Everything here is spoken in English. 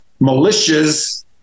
militias